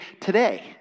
today